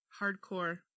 hardcore